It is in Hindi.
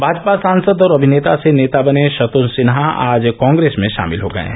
भाजपा सांसद और अभिनेता से नेता बने शत्रुघ्न सिन्हा आज कांग्रेस में शामिल हो गये हैं